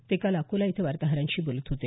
ते काल अकोला इथं वार्ताहरांशी बोलत होते